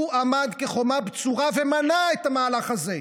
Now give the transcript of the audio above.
הוא עמד כחומה בצורה ומנע את המהלך הזה.